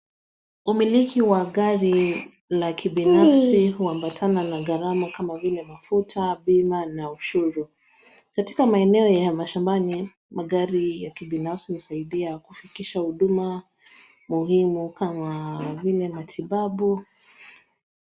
Umiliki wa gari la kibinafsi uambatana na gharama kama vile mafuta, bima na ushuru. Katika maeneo ya mashambani magari ya kibinafsi husaidia kufikisha huduma muhimu kama vile matibabu.